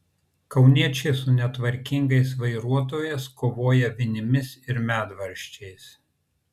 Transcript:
kauniečiai su netvarkingais vairuotojais kovoja vinimis ir medvaržčiais